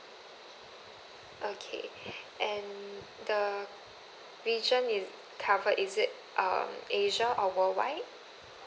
okay and the region is covered is it um asia or worldwide